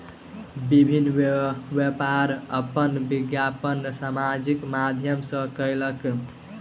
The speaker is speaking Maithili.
विभिन्न व्यापार अपन विज्ञापन सामाजिक माध्यम सॅ कयलक